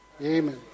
Amen